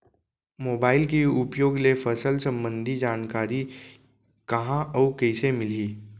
Mobile के उपयोग ले फसल सम्बन्धी जानकारी कहाँ अऊ कइसे मिलही?